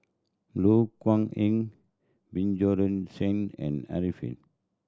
Loh Kok Heng Bjorn Shen and Arifin